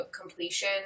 completion